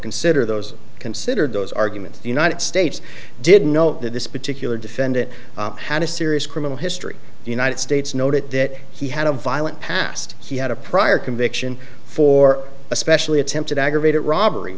consider those considered those arguments the united states didn't know that this particular defendant had a serious criminal history the united states noted that he had a violent past he had a prior conviction for especially attempted aggravated robbery